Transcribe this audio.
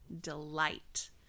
delight